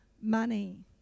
money